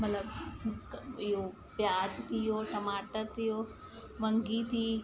मतिलब क इहो प्याज थी वियो टमाटर थी वियो वंगी थी